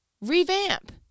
Revamp